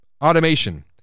automation